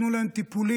ייתנו להם טיפולים,